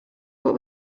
what